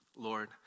Lord